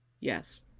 Yes